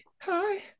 Hi